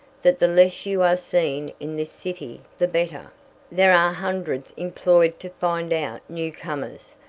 that the less you are seen in this city the better there are hundreds employed to find out new-comers,